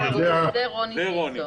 המעגנות במשרד התחבורה, רשות הספנות